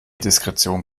diskretion